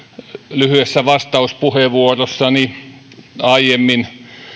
lyhyessä vastauspuheenvuorossani aiemmin